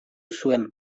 zuen